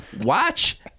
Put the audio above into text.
Watch